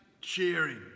cheering